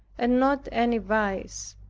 and not any vice.